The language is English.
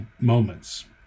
moments